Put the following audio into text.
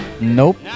Nope